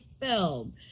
film